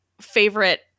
Favorite